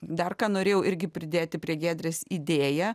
dar ką norėjau irgi pridėti prie giedrės idėja